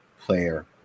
player